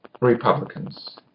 Republicans